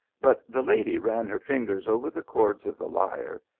but the lady ran her ringers over the chords of the lyre,